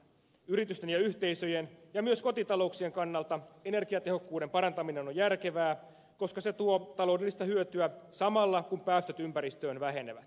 yritysten ja yhteisöjen ja myös kotitalouksien kannalta energiatehokkuuden parantaminen on järkevää koska se tuo taloudellista hyötyä samalla kun päästöt ympäristöön vähenevät